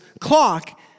clock